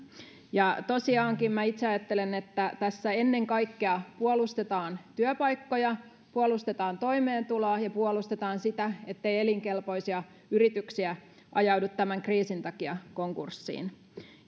tosiaankin itse ajattelen että tässä ennen kaikkea puolustetaan työpaikkoja puolustetaan toimeentuloa ja puolustetaan sitä ettei elinkelpoisia yrityksiä ajaudu tämän kriisin takia konkurssiin